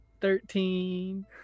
thirteen